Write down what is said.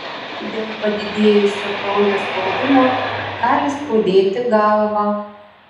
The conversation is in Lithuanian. dėl padidėjusio kraujo spaudimo gali skaudėti galvą